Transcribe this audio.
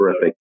terrific